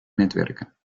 netwerken